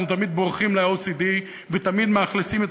אנחנו תמיד בורחים ל-OECD ותמיד מאכלסים את